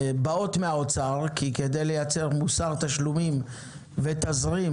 באות מהאוצר כי כדי לייצר מוסר תשלומים ותזרים,